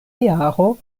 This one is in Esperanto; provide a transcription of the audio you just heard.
jaro